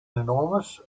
enormous